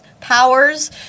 powers